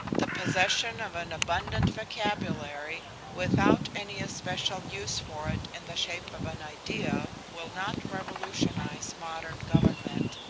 the possession of an abundant vocabulary without any especial use for it in the shape of an idea will not revolutionize modern government,